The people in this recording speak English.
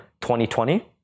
2020